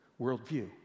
worldview